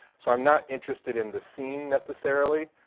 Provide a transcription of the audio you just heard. so i'm not interested in the scene necessarily.